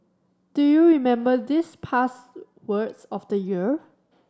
do you remember these past words of the year